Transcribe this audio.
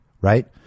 right